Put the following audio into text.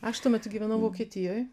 aš tuo metu gyvenau vokietijoj